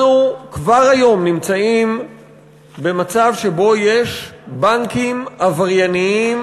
אנחנו כבר היום נמצאים במצב שבו יש בנקים עברייניים